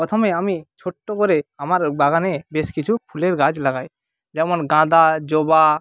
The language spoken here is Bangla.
প্রথমে আমি ছোট্ট করে আমার বাগানে বেশ কিছু ফুলের গাছ লাগাই যেমন গাঁদা জবা